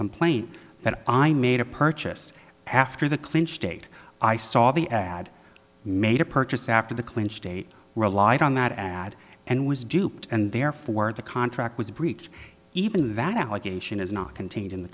complaint that i made a purchase after the clinch date i saw the ad made a purchase after the clinch date relied on that ad and was duped and therefore the contract was breached even that allegation is not contain